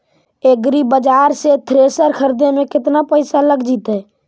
एग्रिबाजार से थ्रेसर खरिदे में केतना पैसा लग जितै?